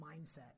mindset